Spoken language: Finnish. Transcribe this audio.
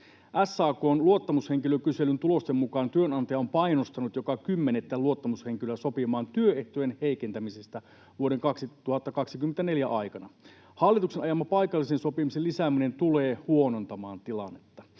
SAK:n luottamushenkilökyselyn tulosten mukaan työnantaja on painostanut joka kymmenettä luottamushenkilöä sopimaan työehtojen heikentämisestä vuoden 2024 aikana. Hallituksen ajama paikallisen sopimisen lisääminen tulee huonontamaan tilannetta.